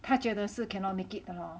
他觉得是 cannot make it 的咯